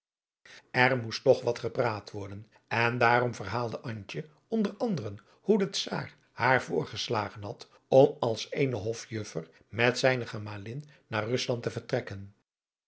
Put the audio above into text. er moest toch wat gepraat worden en daarom verhaalde antje onder anderen hoe de czaar haar voorgeslagen had om als eene hofjuffer met zijne gemalin naar rusland te vertrekken